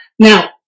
Now